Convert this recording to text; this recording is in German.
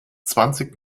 zwanzig